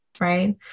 right